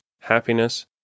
happiness